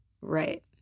Right